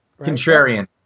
Contrarian